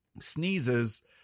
sneezes